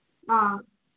ꯑ